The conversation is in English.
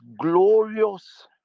glorious